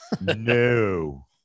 No